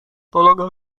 tolong